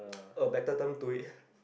a better term to it